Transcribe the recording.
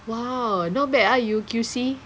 !wow! not bad ah you Q_C